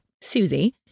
Susie